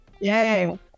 Yay